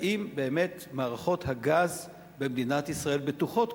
האם באמת מערכות הגז במדינת ישראל בטוחות,